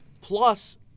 plus